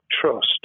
trust